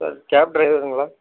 sir cab டிரைவருங்களா